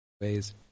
ways